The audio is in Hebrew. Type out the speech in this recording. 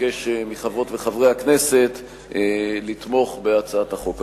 מבקש מחברות וחברי הכנסת לתמוך בהצעת החוק הזו.